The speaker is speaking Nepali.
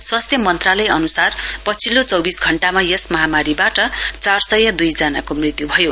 स्वास्थ्य मन्त्रालय अनुसार पछिल्लो चौविस घण्टमा यस महामारीबाट चार सय दुई जनाको मृत्यु भयो